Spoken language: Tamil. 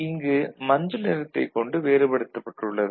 இங்கு மஞ்சள் நிறத்தைக் கொண்டு வேறுபடுத்தப்பட்டுள்ளது